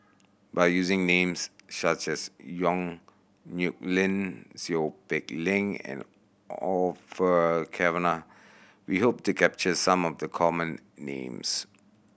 by using names such as Yong Nyuk Lin Seow Peck Leng and Orfeur Cavenagh we hope to capture some of the common names